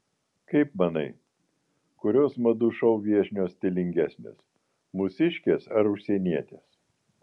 kaip manai kurios madų šou viešnios stilingesnės mūsiškės ar užsienietės